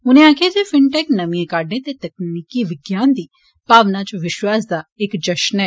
उनें आक्खेया जे फिनटैक नमिएं काड्डें ते तकनीकी विज्ञान दी भावना इच विश्वास दा इक जश्न ऐ